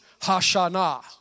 Hashanah